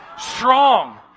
Strong